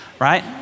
right